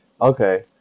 Okay